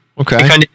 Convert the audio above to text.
okay